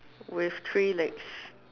with three legs